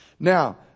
Now